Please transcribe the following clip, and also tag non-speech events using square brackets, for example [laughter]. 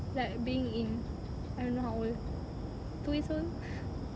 like being in I don't know how old two years old [breath]